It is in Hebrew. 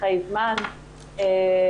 משכי זמן וכולי.